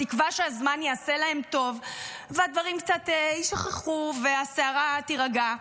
בתקווה שהזמן יעשה להם טוב והדברים קצת יישכחו והסערה תירגע.